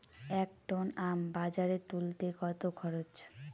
এক টন আম বাজারে তুলতে কত খরচ?